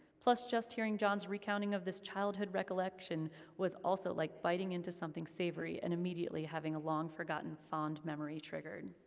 plus just hearing john's recounting of this childhood recollection was also like biting into something savory and immediately having a long-forgotten fond memory triggered.